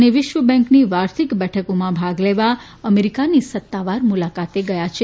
અને વિશ્વબેન્કની વાર્ષિક બેઠકોમાં ભાગ લેવા અમેરિકાની સત્તાવાર મુલાકાતે ગયા છે